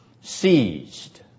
seized